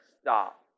stop